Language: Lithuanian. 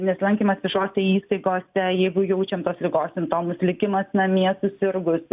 nesilankymas viešose įstaigose jeigu jaučiam tos ligos simptomus likimas namie susirgus